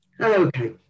okay